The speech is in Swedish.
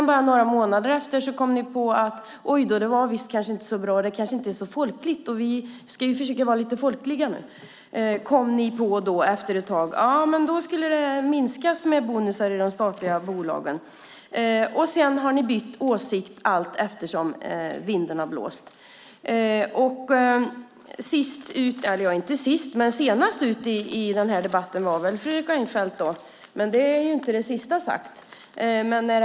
Bara några månader senare kom ni på att det kanske inte var så bra, inte så folkligt, och regeringen vill vara folklig. Då skulle bonusarna minska i de statliga bolagen. Sedan har ni bytt åsikt allteftersom vinden har blåst. Senast ut i debatten var Fredrik Reinfeldt, men då är inte det sista sagt.